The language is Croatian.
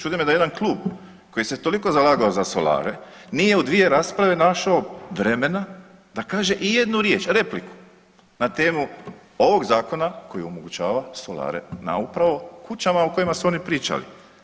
Čudi me da jedan klub koji se toliko zalagao za solare nije u dvije rasprave našao vremena da kaže ijednu riječ, repliku na temu ovog zakona koji omogućava solare na upravo kućama u kojima su oni pričali.